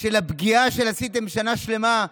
של הפגיעה שעשיתם שנה שלמה,